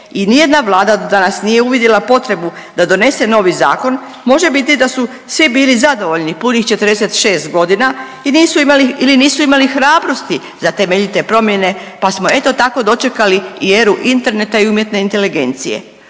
i nijedna Vlada do danas nije uvidjela potrebu da donese nosi zakon, može biti da su svi bili zadovoljni punih 46 godina i nisu imali, ili nisu imali hrabrosti za temeljite promjene pa smo eto, tako dočekali i eru interneta i umjetne inteligencije.